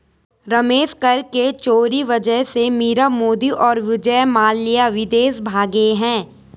रमेश कर के चोरी वजह से मीरा मोदी और विजय माल्या विदेश भागें हैं